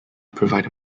provide